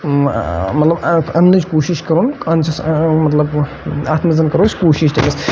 مَطلَب اَننٕچ کوٗشِش کَرون کونشیٚس مَطلب اَتھ مَنٛز کَرو أسۍ کوٗشِش تٔمِس